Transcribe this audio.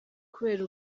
kubera